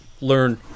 learn –